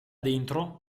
dentro